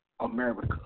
America